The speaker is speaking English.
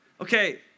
Okay